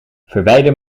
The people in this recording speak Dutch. verwijder